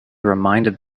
reminded